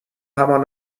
همان